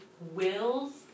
wills